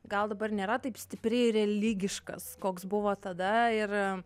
gal dabar nėra taip stipriai religiškas koks buvo tada ir